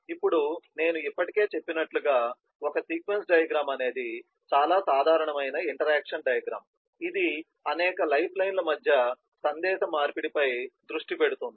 ఇప్పుడు నేను ఇప్పటికే చెప్పినట్లుగా ఒక సీక్వెన్స్ డయాగ్రమ్ అనేది చాలా సాధారణమైన ఇంటరాక్షన్ డయాగ్రమ్ ఇది అనేక లైఫ్లైన్ల మధ్య సందేశ మార్పిడిపై దృష్టి పెడుతుంది